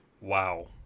wow